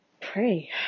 pray